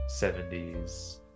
70s